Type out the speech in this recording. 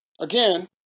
Again